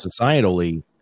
societally